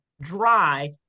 dry